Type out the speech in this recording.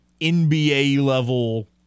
NBA-level